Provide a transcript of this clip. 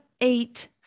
eight